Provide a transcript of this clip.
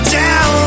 down